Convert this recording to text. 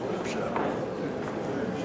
חוק הביטוח הלאומי (תיקון מס'